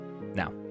now